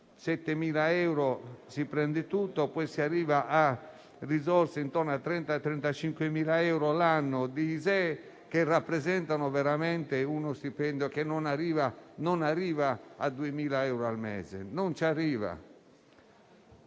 7.000 euro si prende tutto, poi si arriva a risorse intorno ai 30.000-35.000 euro l'anno di ISEE, che rappresentano veramente uno stipendio che non arriva a 2.000 euro al mese. Un'imposta,